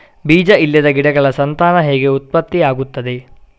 ಬೀಜ ಇಲ್ಲದ ಗಿಡಗಳ ಸಂತಾನ ಹೇಗೆ ಉತ್ಪತ್ತಿ ಆಗುತ್ತದೆ?